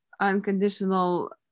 unconditional